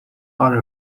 are